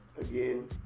Again